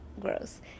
Gross